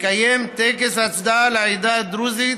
לקיים טקס הצדעה לעדה הדרוזית